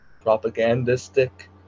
propagandistic